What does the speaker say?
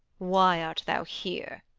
why art thou here,